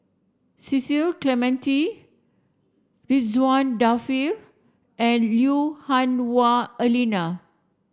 Cecil Clementi Ridzwan Dzafir and Lui Hah Wah Elena